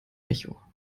echo